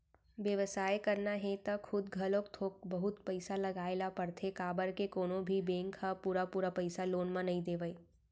बेवसाय करना हे त खुद घलोक थोक बहुत पइसा लगाए ल परथे काबर के कोनो भी बेंक ह पुरा पुरा पइसा लोन म नइ देवय